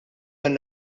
dan